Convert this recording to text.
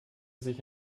sich